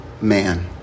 man